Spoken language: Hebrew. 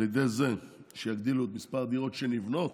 על ידי זה שיגדילו את מספר הדירות שנבנות,